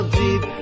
deep